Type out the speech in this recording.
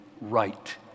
right